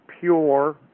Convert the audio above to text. pure